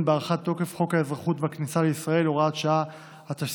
בהארכת תוקף חוק האזרחות והכניסה לישראל (הוראת שעה),